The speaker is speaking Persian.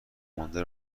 مانده